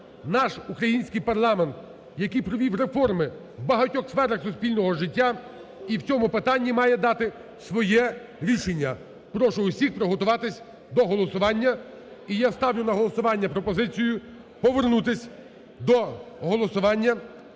наш український парламент, який провів реформи в багатьох сферах суспільного життя, і в цьому питанні має дати своє рішення. Прошу усіх приготуватись до голосування. І я ставлю на голосування пропозицію повернутись до голосування,